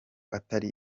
atari